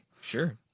sure